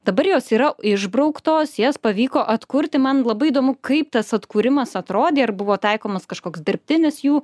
dabar jos yra išbrauktos jas pavyko atkurti man labai įdomu kaip tas atkūrimas atrodė ar buvo taikomas kažkoks dirbtinis jų